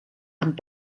amb